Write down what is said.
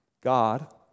God